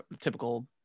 typical